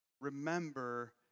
Remember